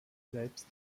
selbst